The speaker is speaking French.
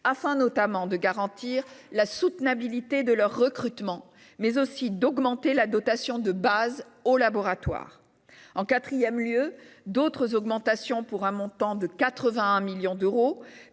afin de garantir la soutenabilité de leur recrutement, mais aussi d'augmenter la dotation de base aux laboratoires. En quatrième lieu, d'autres augmentations, pour un montant total de 81 millions d'euros,